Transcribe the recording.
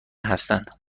هستند